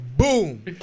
Boom